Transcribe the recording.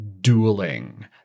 dueling